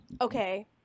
Okay